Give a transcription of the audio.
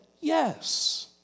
yes